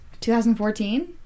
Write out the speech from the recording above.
2014